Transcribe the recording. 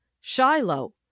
Shiloh